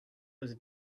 was